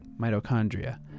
mitochondria